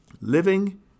living